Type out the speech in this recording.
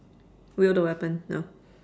wield the weapon no